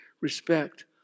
respect